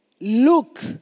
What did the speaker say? Look